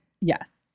Yes